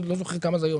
לא זוכר כמה זה היום,